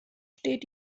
steht